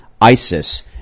isis